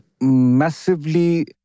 massively